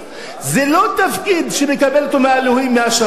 וזה לא תפקיד שהוא מקבל מאלוהים, מהשמים.